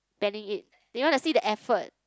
planning it you want to see the effort